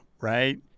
right